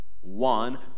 one